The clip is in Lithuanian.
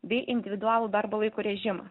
bei individualų darbo laiko režimą